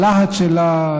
הלהט שלה,